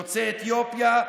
יוצאי אתיופיה,